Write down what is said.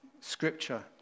scripture